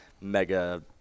mega